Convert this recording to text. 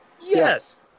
Yes